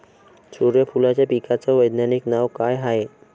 सुर्यफूलाच्या पिकाचं वैज्ञानिक नाव काय हाये?